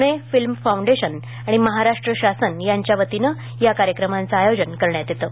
Pune film foundation आणि महाराष्ट्र शासन यांच्या वतीनं या कार्यक्रमाचं आयोजन करण्यात येतं